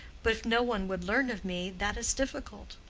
but if no one would learn of me, that is difficult.